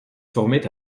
formés